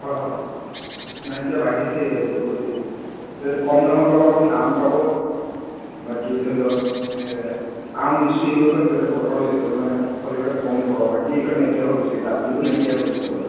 হয় হয় নাই এতিয়া বাঢ়িছেই বাইদেউ এতিয়া কম দামত পাব আপুনি আম পাব বাকী ধৰি লওক আম লিচু এইবোৰহে বতৰ চিজন মানে ফল এইবিলাক কমকে পাব বাকী এইবিলাক নাইকিয়া হৈ গৈছে এতিয়া আপেলটো নাইকিয়া হৈ গৈছে বজাৰত